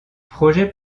projet